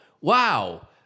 wow